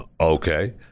okay